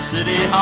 City